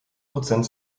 prozent